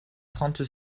trente